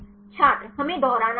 छात्र हमें दोहराना है